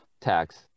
tax